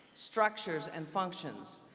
structures, and functions,